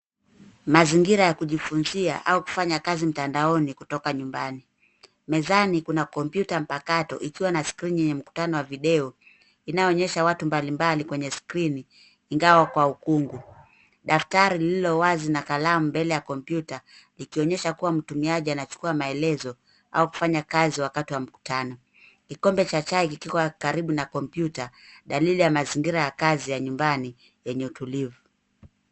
Mazingira ya kujifunzia au kufanya kazi mtandaoni kutoka nyumbani. Mezani kuna kompyuta mpakato ikiwa na skrini yenye mkutano wa video inayoonyesha watu mbalimbali kwenye skrini ingawa kwa ukungu. Daftari lililowazi na kalamu mbele ya kompyuta likionyesha kuwa mtumiaji anachukua maelezo au kufanya kazi wakati wa mkutano. Kikombe cha chai kikiwa karibu na kompyuta dalili ya mazingira ya kazi ya nyumbani yenye utulivu.